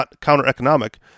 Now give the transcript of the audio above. counter-economic